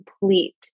complete